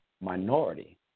minority